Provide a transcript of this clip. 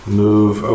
move